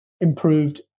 improved